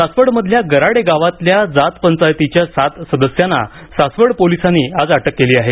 सासवडमधल्या गराडे गावातल्या जात पंचायतीच्या सात सदस्यांना सासवड पोलिसांनी आज अटक केली आहे